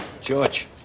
george